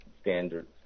standards